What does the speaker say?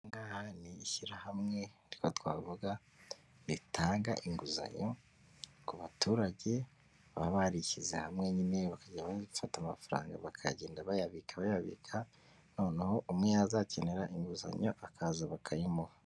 Ahangaha ni ishyirahamwe, ni ko twavuga; ritanga inguzanyo ku baturage baba barishyize hamwe nyine, bakajya gufata amafaranga bakagenda bayabika bayabika, noneho umwe yazakenera inguzanyo akaza bakayimuha.